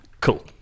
Cool